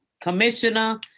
commissioner